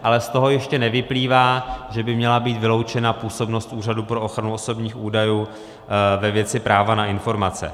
Ale z toho ještě nevyplývá, že by měla být vyloučena působnost Úřadu pro ochranu osobních údajů ve věci práva na informace.